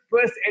first